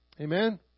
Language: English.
amen